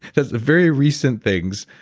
that's very recent things.